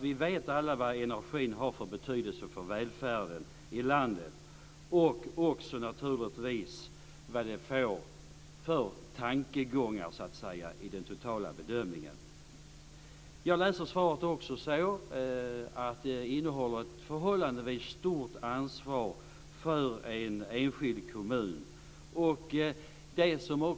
Vi vet alla vad energin har för betydelse för välfärden i landet och naturligtvis också vad det leder till för tankar i den totala bedömningen. Jag läser svaret som att det finns ett förhållandevis stort ansvar för en enskild kommun.